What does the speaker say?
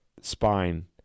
spine